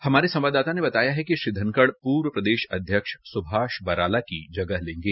हमारे संवाददाता ने बताया है कि श्री धनखड़ पूर्व प्रदेश अध्यक्ष स्भाष बराला की जगह लेंगे